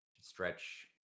stretch